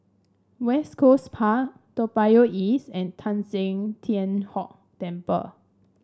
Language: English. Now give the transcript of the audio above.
West Coast Park Toa Payoh East and Teng San Tian Hock Temple